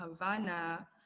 Havana